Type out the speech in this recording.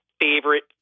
favorite